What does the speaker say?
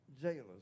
jailers